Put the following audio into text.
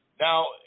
Now